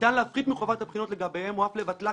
ניתן להפחית מחובת הבחינות לגביהם או אף לבטלה